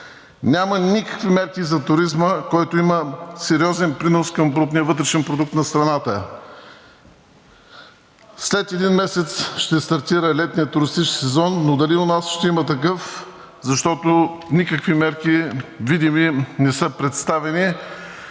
Няма никакви мерки за туризма, който има сериозен принос към брутния вътрешен продукт на страната. След един месец ще стартира летният туристически сезон, но дали у нас ще има такъв, защото никакви видими мерки не са представени